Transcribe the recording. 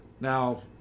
Now